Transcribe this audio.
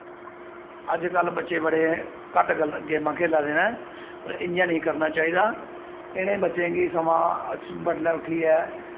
अजकल्ल बच्चे बड़े घट्ट गेमां खेल्ला दे न पर इ'यां निं करना चाहिदा इ'नें बच्चें गी समांह् बड्डलै उट्ठियै